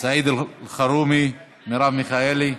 סעיד אלחרומי, מרב מיכאלי,